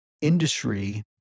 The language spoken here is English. industry